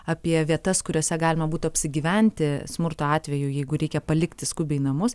apie vietas kuriose galima būtų apsigyventi smurto atveju jeigu reikia palikti skubiai namus